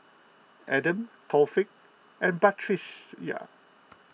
Adam Taufik and Batrisya